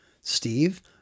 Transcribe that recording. Steve